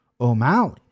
O'Malley